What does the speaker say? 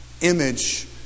image